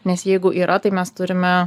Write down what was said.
nes jeigu yra tai mes turime